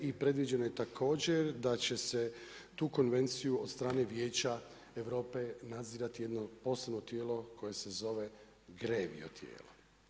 I predviđeno je također da će se tu konvenciju od strane Vijeća Europe nadzirati jedno posebno tijelo koje se zove Grevio tijelo.